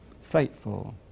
faithful